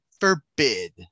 forbid